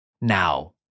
Now